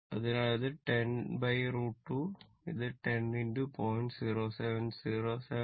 അതിനാൽ ഇത് 10√ 2 10 0